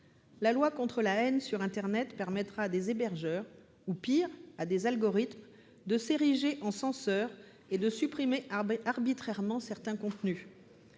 la loi contre la haine sur internet permettra à des hébergeurs ou, pis, à des algorithmes de s'ériger en censeurs et de supprimer arbitrairement certains contenus.